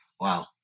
Wow